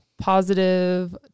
Positive